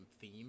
theme